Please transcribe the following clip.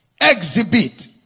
exhibit